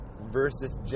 versus